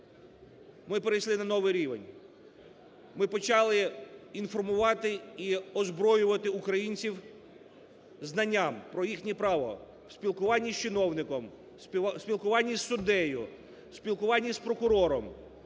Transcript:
ми перейшли на новий рівень, ми почали інформувати і озброювати українців знанням про їхнє право в спілкуванні з чиновником, в спілкуванні з суддею, в спілкуванні з прокурором.